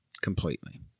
Completely